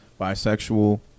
bisexual